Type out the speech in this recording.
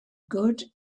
good